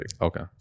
okay